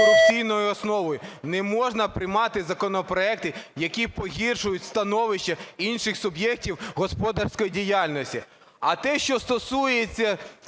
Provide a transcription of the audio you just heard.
Не можна приймати законопроекти, які погіршують становище інших суб'єктів господарської діяльності.